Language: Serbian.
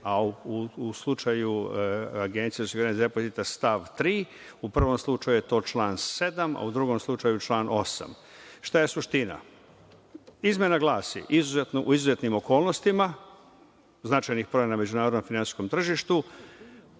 a u slučaju Agencije za osiguranje depozita stav 3. U prvom slučaju to je član 7. a u drugom je član 8.Šta je suština? Izmena glasi – u izuzetnim okolnostima značajnih promena na međunarodnom finansijskom tržištu